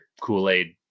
kool-aid